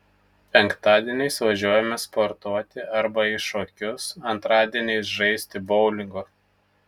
penktadieniais važiuojame sportuoti arba į šokius antradieniais žaisti boulingo